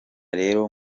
rero